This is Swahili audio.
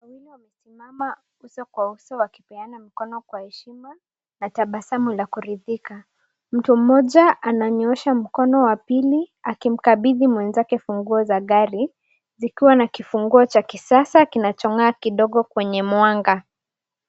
Watu wawili wamesimama uso kwa uso wakipeana mkono kwa heshima na tabasamu la kuridika. Mtu moja ananyoosha mkono wa mbili akimkapiti mwenzake funguo za gari, zikiwa na kufunguo cha kisasa kinacho ngaa kidogo kwenye mwanga.